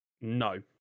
No